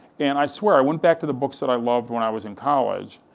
and i swear, i went back to the books that i loved when i was in college,